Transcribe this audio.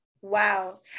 Wow